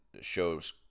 shows